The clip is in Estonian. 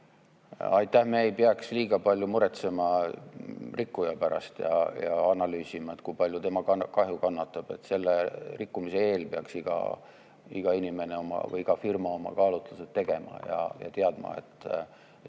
Aitäh! Me ei peaks liiga palju muretsema rikkuja pärast ja analüüsima, kui palju tema kahju kannatab. Selle rikkumise eel peaks iga inimene või ka firma oma kaalutlused tegema ja teadma, et